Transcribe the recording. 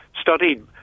studied